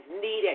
needed